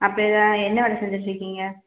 அப்படியா என்ன வேலை செஞ்சிட்டுருக்கீங்க